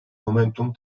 momentum